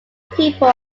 people